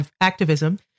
activism